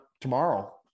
tomorrow